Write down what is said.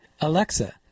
Alexa